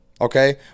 Okay